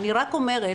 אני רק אומרת